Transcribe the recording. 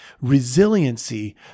resiliency